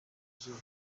zuba